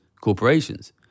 corporations